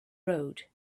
road